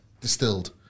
distilled